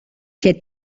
και